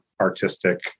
artistic